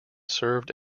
served